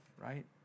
right